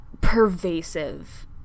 pervasive